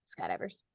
skydivers